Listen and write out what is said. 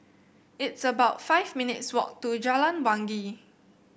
it's about five minutes' walk to Jalan Wangi